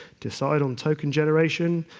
decide on token generation.